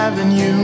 Avenue